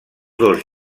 dos